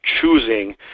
choosing